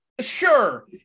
sure